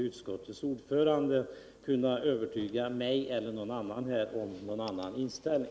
Utskottets ordförande har inte kunnat övertyga mig eller någon annan om motsatsen.